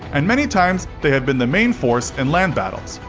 and many times they have been the main force in land battles.